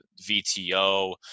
VTO